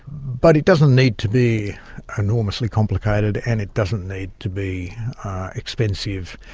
but it doesn't need to be enormously complicated and it doesn't need to be expensive